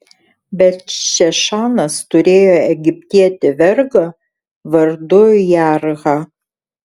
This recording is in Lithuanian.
bet šešanas turėjo egiptietį vergą vardu jarhą